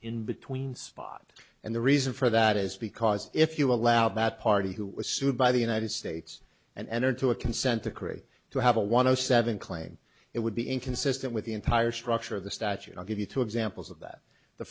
in between spot and the reason for that is because if you allow that party who was sued by the united states and entered to a consent decree to have a one zero seven claim it would be inconsistent with the entire structure of the statute i'll give you two examples of that the